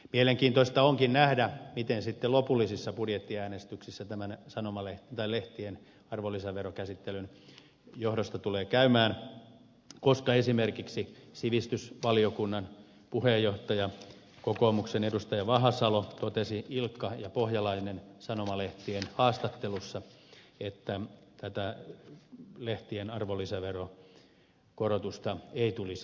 mielenkiintoista onkin nähdä miten sitten lopullisessa budjettiäänestyksessä tämän lehtien arvonlisäverokäsittelyn johdosta tulee käymään koska esimerkiksi sivistysvaliokunnan puheenjohtaja kokoomuksen edustaja vahasalo totesi ilkka ja pohjalainen sanomalehtien haastattelussa että tätä lehtien arvonlisäveron korotusta ei tulisi toteuttaa